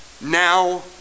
now